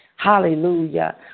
Hallelujah